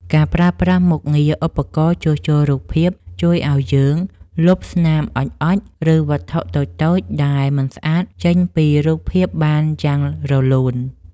ការប្រើប្រាស់មុខងារ ឧបករណ៍ជួសជុលរូបភាព ជួយឱ្យយើងលុបស្នាមអុជៗ ឬវត្ថុតូចៗដែលមិនស្អាតចេញពីរូបភាពបានយ៉ាងរលូន។